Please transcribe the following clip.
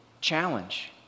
challenge